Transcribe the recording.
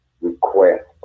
request